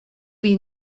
wie